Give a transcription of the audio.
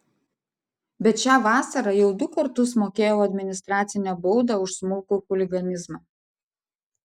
bet šią vasarą jau du kartus mokėjau administracinę baudą už smulkų chuliganizmą